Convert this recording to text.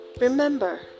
Remember